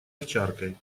овчаркой